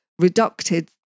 reducted